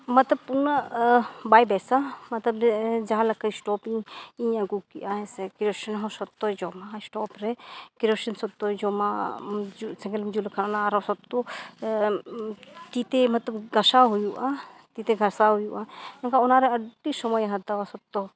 ᱢᱚᱛᱞᱚᱵ ᱩᱱᱟᱹᱜ ᱵᱟᱭ ᱵᱮᱥᱟ ᱢᱚᱛᱞᱚᱵ ᱡᱟᱦᱟᱸ ᱞᱮᱠᱟ ᱥᱴᱳᱵᱷᱤᱧ ᱤᱧ ᱟᱜᱩ ᱠᱮᱜᱼᱟ ᱥᱮ ᱠᱮᱨᱥᱤᱱ ᱦᱚᱸ ᱥᱚᱠᱛᱚᱭ ᱡᱚᱢᱟ ᱥᱴᱳᱵᱷᱨᱮ ᱠᱮᱨᱳᱥᱤᱱ ᱥᱚᱠᱛᱚᱭ ᱡᱚᱢᱟ ᱥᱮᱸᱜᱮᱞᱮᱢ ᱡᱩᱞ ᱞᱮᱠᱷᱟᱱ ᱚᱱᱟ ᱟᱨᱚ ᱥᱚᱠᱛᱚ ᱛᱤᱛᱮ ᱢᱚᱛᱞᱚᱵ ᱜᱟᱥᱟᱣ ᱦᱩᱭᱩᱜᱼᱟ ᱛᱤᱛᱮ ᱜᱷᱟᱥᱟᱣ ᱦᱩᱭᱩᱜᱼᱟ ᱮᱱᱠᱷᱟᱱ ᱚᱱᱟᱨᱮ ᱟᱹᱰᱤ ᱥᱚᱢᱚᱭᱮ ᱦᱟᱛᱟᱣᱟ ᱥᱚᱠᱛᱚ